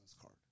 card